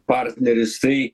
partneris tai